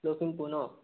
Lakhimpur ন